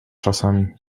czasami